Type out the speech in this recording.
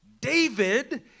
David